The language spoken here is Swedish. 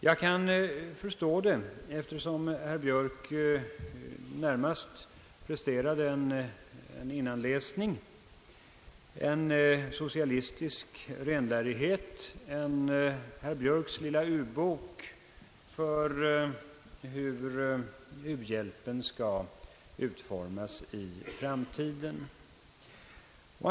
Jag kan förstå det, eftersom herr Björk närmast presterade en innanläsning, en socialistisk renlärighet, en herr Björks lilla u-bok för hur uhjälpen skall utformas i framtiden.